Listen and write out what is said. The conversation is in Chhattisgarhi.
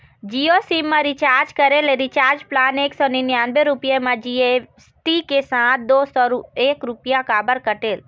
जियो सिम मा रिचार्ज करे ले रिचार्ज प्लान एक सौ निन्यानबे रुपए मा जी.एस.टी के साथ दो सौ एक रुपया काबर कटेल?